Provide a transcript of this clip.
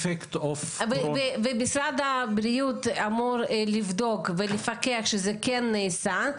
משרד הבריאות אמור לבדוק ולפקח שזה כן נעשה.